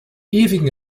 ewigen